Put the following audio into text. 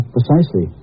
Precisely